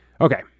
Okay